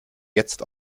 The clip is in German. jetzt